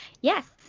Yes